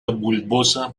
bulbosa